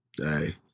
Hey